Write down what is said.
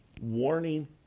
warning